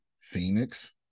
Phoenix